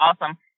awesome